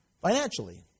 financially